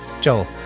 Joel